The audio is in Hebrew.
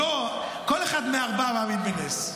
כל אחד מהארבעה מאמין בנס.